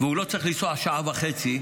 והוא לא צריך לנסוע שעה וחצי,